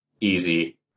easy